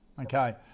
Okay